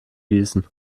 gießen